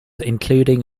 including